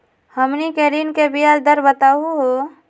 हमनी के ऋण के ब्याज दर बताहु हो?